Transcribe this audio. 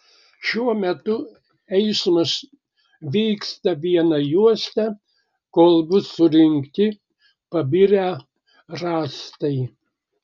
šiuo metu eismas vyksta viena juosta kol bus surinkti pabirę rąstai